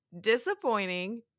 disappointing